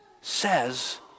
says